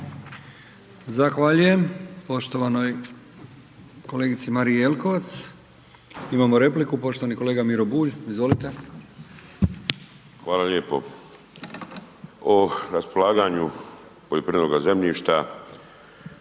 Zahvaljujem poštovanoj kolegici Mariji Jelkovac. Imamo repliku poštovani kolega Miro Bulj. Izvolite. **Bulj, Miro (MOST)** Hvala lijepo. O raspolaganju poljoprivrednoga zemljišta